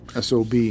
SOB